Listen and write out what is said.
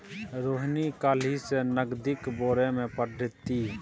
रोहिणी काल्हि सँ नगदीक बारेमे पढ़तीह